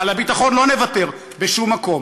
על הביטחון לא נוותר, בשום מקום,